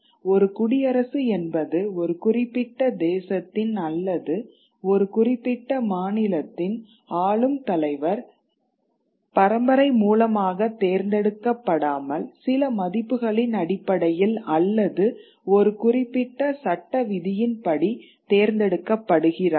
ஒரு குடியரசு என்பது ஒரு குறிப்பிட்ட தேசத்தின் அல்லது ஒரு குறிப்பிட்ட மாநிலத்தின் ஆளும் தலைவர் பரம்பரை மூலமாக தேர்ந்தெடுக்கபடாமல் சில மதிப்புகளின் அடிப்படையில் அல்லது ஒரு குறிப்பிட்ட சட்ட விதியின் படி தேர்ந்தெடுக்கப்படுகிறார்கள்